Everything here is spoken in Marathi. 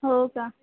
हो का